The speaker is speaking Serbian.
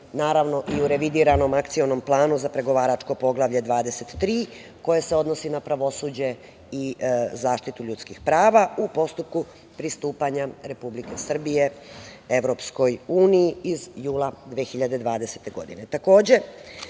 naravno i u revidiranom Akcionom planu za pregovračko Poglavlje 23. koje se odnosi na pravosuđe i zaštitu ljudskih prava u postupku pristupanja Republike Srbije EU, iz jula 2020. godine. Takođe,